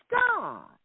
God